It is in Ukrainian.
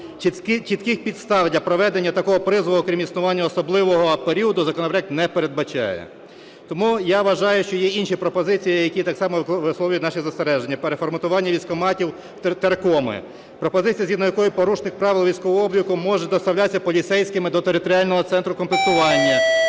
Чітких підстав для проведення такого призову, крім існування особливого періоду, законопроект не передбачає. Тому я вважаю… Є інші пропозиції, які так само висловлюють наші застереження, переформатування військкоматів у теркоми. Пропозиція, згідно якої порушник правил військового обліку може доставлятися поліцейськими до територіального центру комплектування,